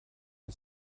her